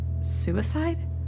suicide